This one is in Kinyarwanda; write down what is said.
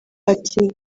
ati